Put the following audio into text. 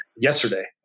Yesterday